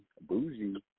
Bougie